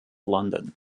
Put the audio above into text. london